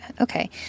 Okay